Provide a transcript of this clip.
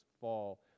fall